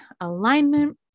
alignment